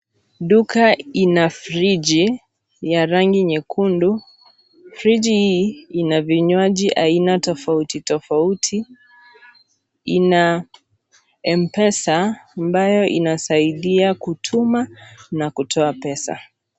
Duka ina friji ya rangi nyekundu. Friji hii ina vinywaji aina tofauti tofauti. Ina Mpesa ambayo inasaidia kutuma na kutoa pesa.